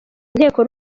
inteko